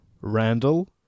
Randall